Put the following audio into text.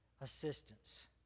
assistance